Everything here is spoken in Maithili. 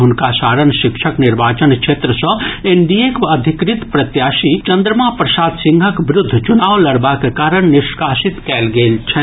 हुनका सारण शिक्षक निर्वाचन क्षेत्र सँ एनडीएक अधिकृत प्रत्याशी चंद्रमा प्रसाद सिंहक विरूद्ध चुनाव लड़बाक कारण निष्कासित कयल गेल छनि